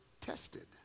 tested